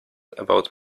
about